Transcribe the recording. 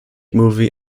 movie